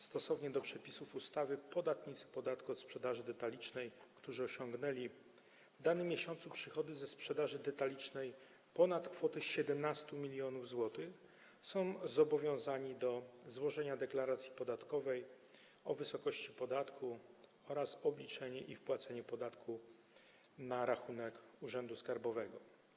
Stosownie do przepisów ustawy podatnicy podatku od sprzedaży detalicznej, którzy osiągnęli w danym miesiącu przychody ze sprzedaży detalicznej ponad kwotę 17 mln zł, są zobowiązani do złożenia deklaracji podatkowej o wysokości podatku oraz obliczenia i wpłacenia podatku na rachunek urzędu skarbowego.